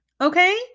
okay